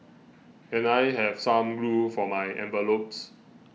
can I have some glue for my envelopes